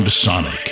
Sonic